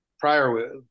prior